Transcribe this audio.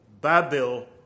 Babel